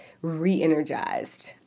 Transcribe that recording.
re-energized